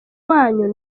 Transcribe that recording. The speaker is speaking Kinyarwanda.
wanyu